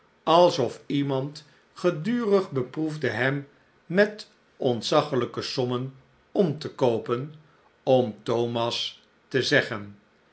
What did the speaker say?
alsof iemand gedurig beproefde hem met ontzaglijke sommen om te koopen om thomas te zeggen